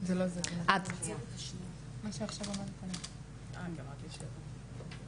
אנחנו ככה עד שנסדר את המצגת נעשה איזשהו היכרות עם